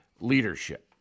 leadership